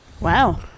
Wow